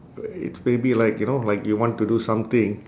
uh it's maybe like you know like you want to do something